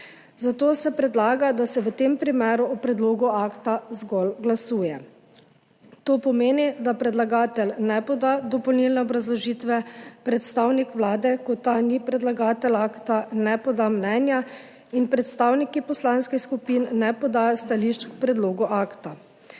Zato se predlaga, da se v tem primeru o predlogu akta zgolj glasuje. To pomeni, da predlagatelj ne poda dopolnilne obrazložitve, predstavnik Vlade, ko ta ni predlagatelj akta, ne poda mnenja in predstavniki poslanskih skupin ne podajo stališč k predlogu akta.